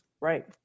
Right